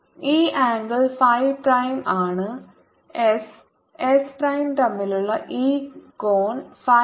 ഈ angle phi prime ആണ് S S prime തമ്മിലുള്ള ഈ കോൺ ഫൈ മൈനസ് ഫൈ പ്രൈം ആണ്